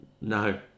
No